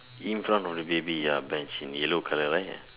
in front of the baby ya bench in yellow colour right